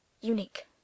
unique